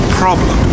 problem